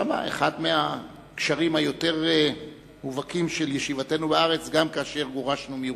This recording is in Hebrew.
ושם אחד הקשרים היותר מובהקים של ישיבתנו בארץ גם כאשר גורשנו מירושלים.